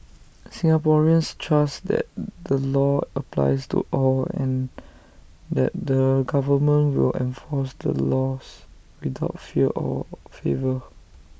Singaporeans trust that the law applies to all and that the government will enforce the laws without fear or favour